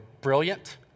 brilliant